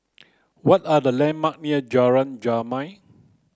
what are the landmarks near Jalan Jamal